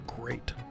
great